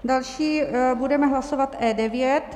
Další budeme hlasovat E9.